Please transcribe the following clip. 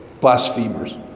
blasphemers